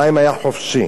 מים, היה חופשי.